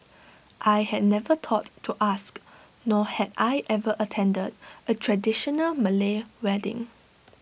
I had never thought to ask nor had I ever attended A traditional Malay wedding